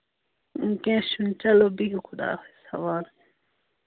کیٚنٛہہ چھُنہٕ چلو بِہِو خۄدایَس حوالہٕ